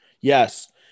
yes